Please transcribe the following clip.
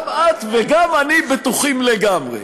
גם את וגם אני בטוחים לגמרי.